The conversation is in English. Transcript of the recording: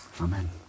Amen